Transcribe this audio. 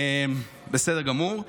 בסדר גמור.